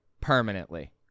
permanently